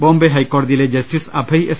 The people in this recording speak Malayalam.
ബോംബെ ഹൈക്കോടതിയിലെ ജസ്റ്റിസ് അഭയ് എസ്